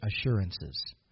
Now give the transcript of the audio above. assurances